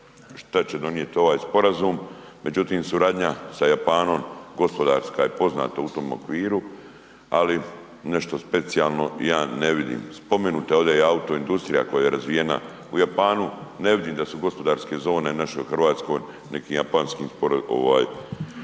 šta će donijeti ovaj sporazum. Međutim suradnja sa Japanom gospodarska je poznata u tom okviru ali nešto specijalno ja ne vidim. Spomenuta je ovdje i auto industrija koja je razvijena u Japanu, ne vidim da su gospodarske zone naše u Hrvatskoj nekim japanskim, da